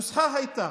הנוסחה הייתה: